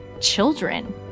children